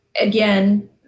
again